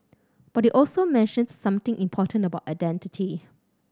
but you also mentioned something important about identity